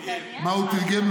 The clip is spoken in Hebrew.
מה הוא תרגם?